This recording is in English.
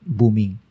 booming